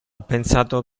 pensato